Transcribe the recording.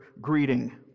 greeting